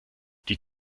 die